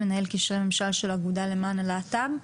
מנהל קשרי ממשל של האגודה למען הלהט"ב,